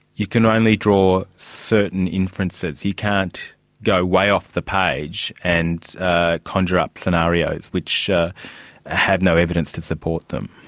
you can only draw certain inferences, you can't go way off the page and conjure up scenarios which have no evidence to support them.